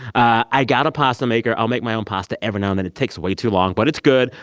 i got a pasta maker. i'll make my own pasta every now and then. it takes way too long, but it's good.